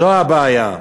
זו הבעיה.